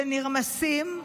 שנרמסים,